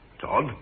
Todd